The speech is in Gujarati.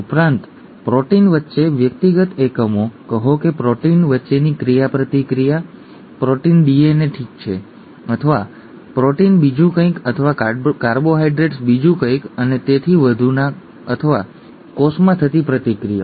ઉપરાંત પ્રોટીન વચ્ચે વ્યક્તિગત એકમો કહો કે પ્રોટીન વચ્ચેની ક્રિયાપ્રતિક્રિયા 1 પ્રોટીન ડીએનએ ઠીક છે અથવા પ્રોટીન બીજું કંઈક અથવા કાર્બોહાઇડ્રેટ બીજું કંઈક અને તેથી વધુ અથવા કોષમાં થતી પ્રતિક્રિયાઓ